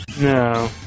No